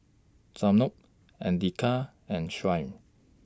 Zamrud Andika and Shuib